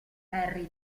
harry